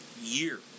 year